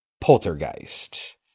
Poltergeist